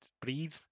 breathe